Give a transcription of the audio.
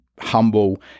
humble